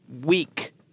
week